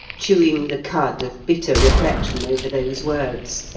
chewing the cud of bitter reflection over those words,